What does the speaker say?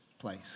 place